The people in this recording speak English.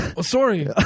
sorry